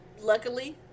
Luckily